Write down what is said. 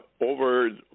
over